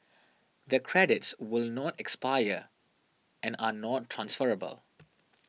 the credits will not expire and are not transferable